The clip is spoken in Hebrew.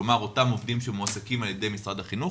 כלומר אותם עובדים שמועסקים על ידי משרד החינוך,